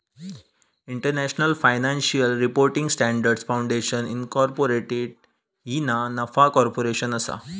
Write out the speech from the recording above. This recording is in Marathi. international financial reporting standards foundation incorporated ही ना नफा कॉर्पोरेशन असा